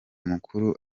mukuru